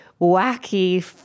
wacky